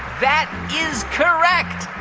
that is correct.